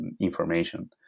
information